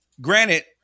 granted